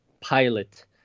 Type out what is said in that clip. pilot